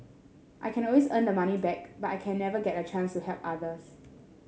I can always earn the money back but I can never get a chance to help others